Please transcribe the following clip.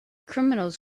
criminals